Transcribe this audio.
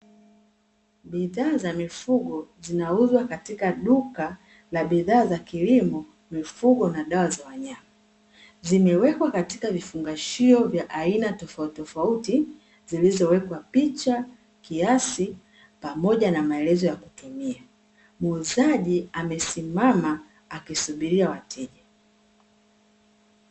Bidhaa za mifugo zinauzwa katika duka la bidhaa za kilimo, mifugo na dawa za wanyama zimewekwa katika vifungashio vya aina tofauti tofauti zilizowekwa picha kiasi pamoja na maelezo ya kutumia, muuzaji amesimama akisubiria wateja.